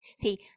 See